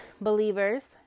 believers